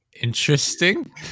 Interesting